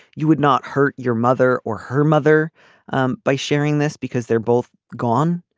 you would not hurt your mother or her mother um by sharing this because they're both gone